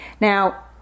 Now